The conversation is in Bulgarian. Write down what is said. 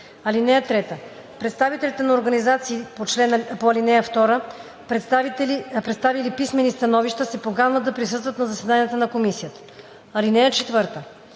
(3) Представителите на организации по ал. 2, представили писмени становища, се поканват да присъстват на заседанията на комисията. (4)